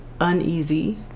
uneasy